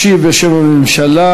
וישיב בשם הממשלה.